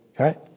okay